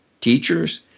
teachers